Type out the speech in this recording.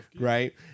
right